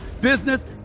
business